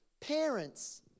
Parents